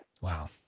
Wow